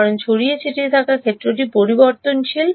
কারণ ছড়িয়ে ছিটিয়ে থাকা ক্ষেত্রটি পরিবর্তনশীল